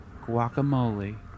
Guacamole